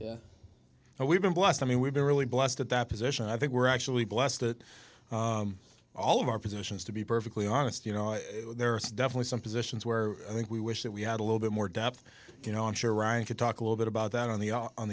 and we've been blessed i mean we've been really blessed at that position and i think we're actually blessed that all of our positions to be perfectly honest you know there are definitely some positions where i think we wish that we had a little bit more depth you know i'm sure ryan could talk a little bit about that on the o